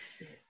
yes